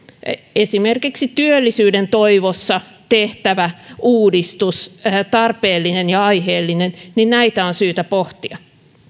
esimerkiksi työllisyyden toivossa tehtävä uudistus tarpeellinen ja aiheellinen näitä on syytä pohtia